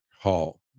Hall